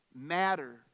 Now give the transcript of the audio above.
matter